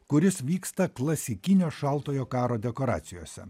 kuris vyksta klasikinio šaltojo karo dekoracijose